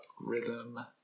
rhythm